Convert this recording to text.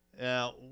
Now